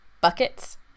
buckets